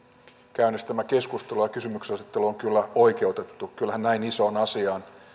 käynnistämä keskustelu ja kysymyksenasettelu on kyllä oikeutettu kyllähän näin isoon asiaan